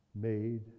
made